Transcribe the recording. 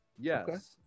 yes